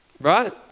right